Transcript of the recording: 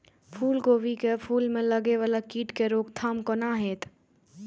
फुल गोभी के फुल में लागे वाला कीट के रोकथाम कौना हैत?